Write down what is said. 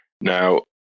Now